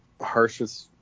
harshest